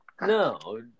No